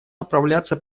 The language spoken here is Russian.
направляться